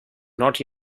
not